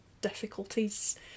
difficulties